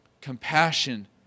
Compassion